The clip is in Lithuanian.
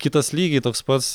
kitas lygiai toks pats